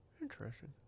Interesting